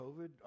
COVID